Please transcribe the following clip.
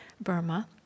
Burma